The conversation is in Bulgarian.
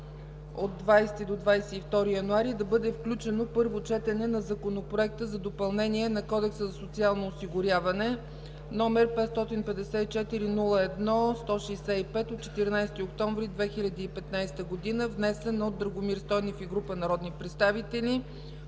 от 20 до 22 януари да бъде включено Първо четене на Законопроект за допълнение на Кодекса за социално осигуряване, № 554-01-165 от 14 октомври 2015 г., внесен от Драгомир Стойнев и група народни представители